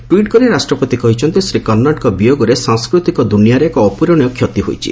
tweet କରି ରାଷ୍ଟ୍ରପତି କହିଛନ୍ତି ଶ୍ରୀ କର୍ଷାଡ଼୍ଙ୍କ ବିୟୋଗରେ ସାଂସ୍କୃତିକ ଦୁନିଆରେ ଏକ ଅପ୍ରରଣୀୟ କ୍ଷତି ହୋଇଛି